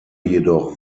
jedoch